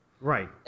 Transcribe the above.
Right